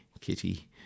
Kitty